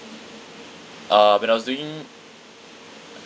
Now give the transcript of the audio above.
uh when I was doing